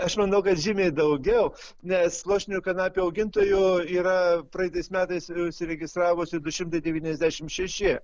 aš manau kad žymiai daugiau nes pluoštinių kanapių augintojų yra praeitais metais užsiregistravusių du šimtai devyniasdešimt šeši